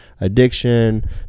addiction